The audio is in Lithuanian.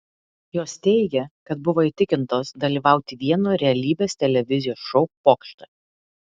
jos teigė kad buvo įtikintos dalyvauti vieno realybės televizijos šou pokšte